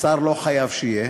שר לא חייב שיהיה,